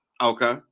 Okay